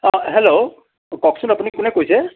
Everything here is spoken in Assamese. অঁ হেল্ল' অঁ কওকচোন আপুনি কোনে কৈছে